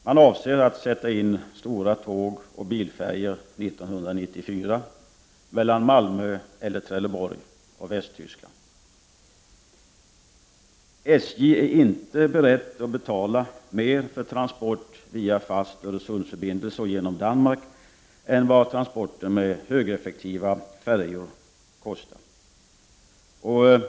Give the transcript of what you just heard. Man avser att sätta in stora tågoch bilfärjor 1994 mellan Malmö eller Trelleborg och Västtyskland. SJ är inte berett att betala mer för transport via fast Öresundsförbindelse och genom Danmark än vad transporten med högeffektiva färjor kostar.